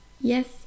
yes